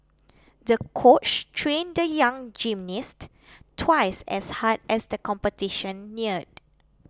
the coach trained the young gymnast twice as hard as the competition neared